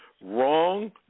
Wrong